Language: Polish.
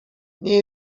nie